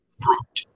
fruit